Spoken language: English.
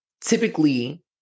typically